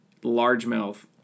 largemouth